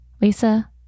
Lisa